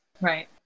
right